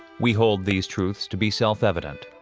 we hold these truths to be self-evident,